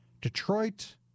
Detroit